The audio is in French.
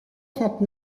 trente